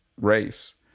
race